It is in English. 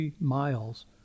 miles